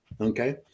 Okay